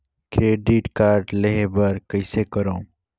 Credit card लेहे बर कइसे करव?